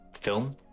film